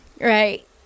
right